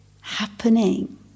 happening